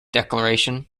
declaration